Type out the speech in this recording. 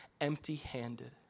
empty-handed